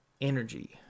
energy